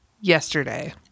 yesterday